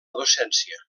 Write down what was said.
docència